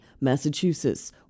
Massachusetts